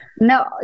No